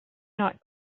not